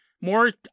more